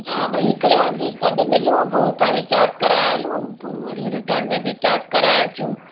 हा भई हिकिड़े हंधि गॾु मिलूं पोइ उतांई कैब कराए हलूं पोइ वरी रिटन में बि कैब कराए अचूं